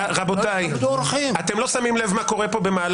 רבותיי, אתם לא שמים לב מה קורה פה.